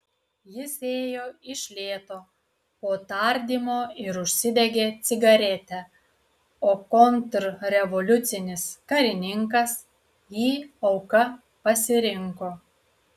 jis ėjo iš lėto po tardymo ir užsidegė cigaretę o kontrrevoliucinis karininkas jį auka pasirinko